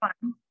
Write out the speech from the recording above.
fun